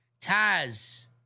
Taz